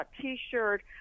T-shirt